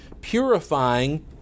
purifying